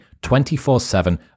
24-7